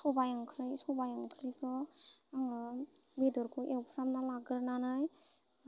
सबाय ओंख्रि सबाय ओंख्रिखौ आङो बेदरखौ एवफ्रामना लाग्रोनानै